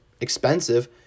expensive